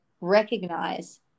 recognize